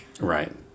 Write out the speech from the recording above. Right